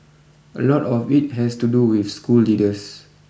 a lot of it has to do with school leaders